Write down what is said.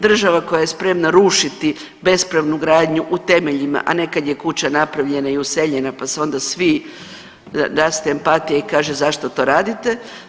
Država koja je spremna rušiti bespravnu gradnju u temeljima, a ne kada je kuća napravljena i useljena pa se onda svi, raste empatija i kaže zašto to radite.